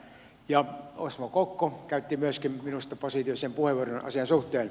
myöskin osmo kokko käytti minusta positiivisen puheenvuoron asian suhteen